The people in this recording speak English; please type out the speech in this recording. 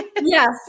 Yes